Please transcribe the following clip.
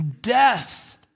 death